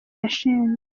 yashinze